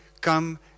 come